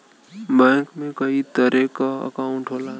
bank में कई तरे क अंकाउट होला